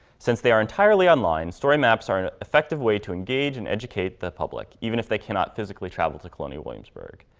since they are entirely online, story maps are an effective way to engage and educate the public, even if they cannot physically travel to colonial williamsburg.